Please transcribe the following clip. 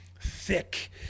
thick